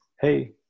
Hey